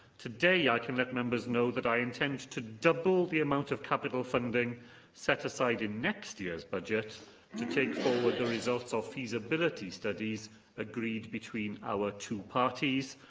today, i can let members know that i intend to double the amount of capital funding set aside in next year's budget to take forward the results of feasibility studies agreed between our two parties,